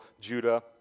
Judah